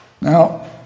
Now